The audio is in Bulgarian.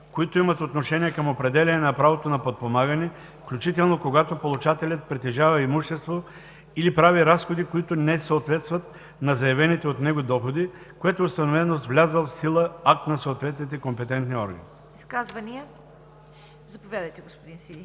които имат отношение към определяне на правото на подпомагане, включително, когато получателят притежава имущество, или прави разходи, които не съответстват на заявените от него доходи, което е установено с влязъл в сила акт на съответните компетентни органи.“ ПРЕДСЕДАТЕЛ ЦВЕТА КАРАЯНЧЕВА: Изказвания? Заповядайте, господин Сиди.